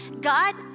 God